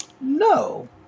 no